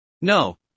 No